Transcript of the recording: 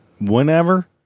whenever